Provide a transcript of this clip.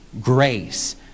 grace